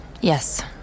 Yes